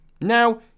Now